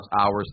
hours